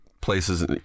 places